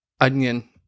onion